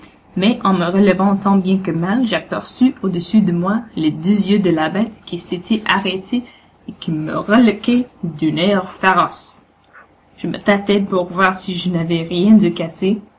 mais en me relevant tant bien que mal j'aperçus au-dessus de moi les deux yeux de la bête qui s'était arrêtée et qui me reluquait d'un air féroce je me tâtai pour voir si je n'avais rien de cassé